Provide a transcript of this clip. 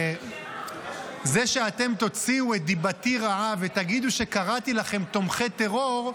זה שאתם תוציאו את דיבתי רעה ותגידו שקראתי לכם "תומכי טרור",